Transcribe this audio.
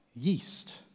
yeast